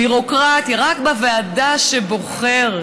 ביורוקרטיה, רק בוועדה שבוחרת.